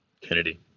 Kennedy